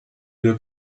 due